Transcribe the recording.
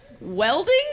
welding